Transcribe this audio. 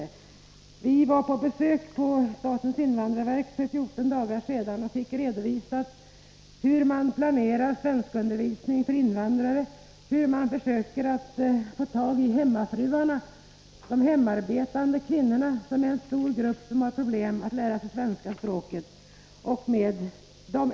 Vi var för 14 dagar sedan på besök hos statens invandrarverk och fick då en redogörelse för hur man planerar undervisning i svenska för invandrare, hur man försöker få tag i de hemarbetande kvinnorna, som är en stor grupp som Nr 30 har problem när det gäller att lära sig det svenska språket, och de äldre.